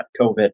COVID